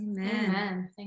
Amen